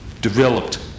developed